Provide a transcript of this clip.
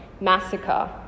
massacre